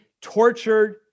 tortured